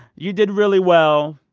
you did really well,